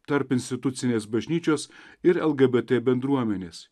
tarp institucinės bažnyčios ir lgbt bendruomenės